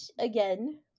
again